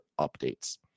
updates